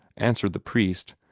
answered the priest,